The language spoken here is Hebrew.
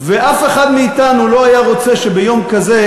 ואף אחד מאתנו לא היה רוצה שביום כזה